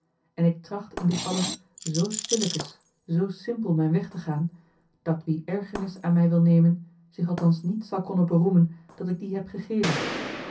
en ik tracht in dit alles zoo stillekens zoo simpel mijn weg te gaan dat wie ergernis aan mij wil nemen zich althans niet zal konnen beroemen dat ik die heb gegeven